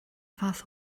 fath